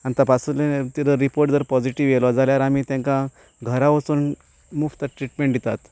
आनी तपासले तेजो रिपोर्ट जर पोझिटीव येयलो जाल्यार आमी तेंका घरां वचून मुफ्त ट्रिटमेंट दितात